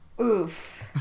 Oof